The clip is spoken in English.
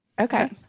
Okay